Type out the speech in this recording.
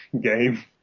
game